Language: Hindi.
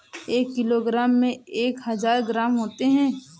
एक किलोग्राम में एक हजार ग्राम होते हैं